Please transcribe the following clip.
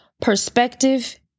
perspective